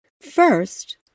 First